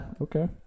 Okay